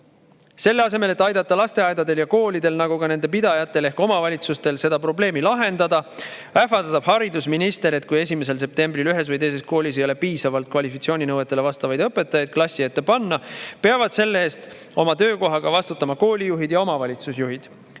Selle asemel et aidata lasteaedadel ja koolidel, nagu ka nende pidajatel ehk omavalitsustel seda probleemi lahendada, ähvardab haridusminister, et kui 1. septembril ühes või teises koolis ei ole piisavalt kvalifikatsiooninõuetele vastavaid õpetajaid klassi ette panna, peavad selle eest oma töökohaga vastutama koolijuhid ja omavalitsusjuhid.